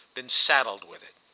been saddled with it.